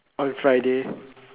on Friday